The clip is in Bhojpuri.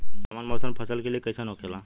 सामान्य मौसम फसल के लिए कईसन होखेला?